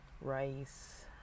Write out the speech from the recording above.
Rice